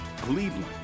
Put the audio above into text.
Cleveland